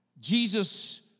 Jesus